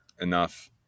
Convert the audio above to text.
enough